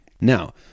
Now